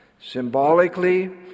Symbolically